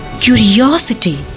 curiosity